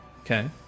Okay